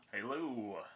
Hello